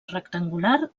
rectangular